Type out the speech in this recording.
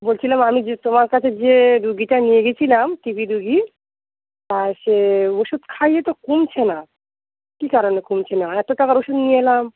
বলছিলাম আমি যে তোমার কাছে যে রুগীটা নিয়ে গেছিলাম টি বি রুগী তা সে ওষুধ খাইয়ে তো কমছে না কী কারণে কমছে না আর এতো টাকার ওষুধ নিয়ে এলাম